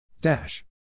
Dash